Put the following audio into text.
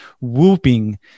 whooping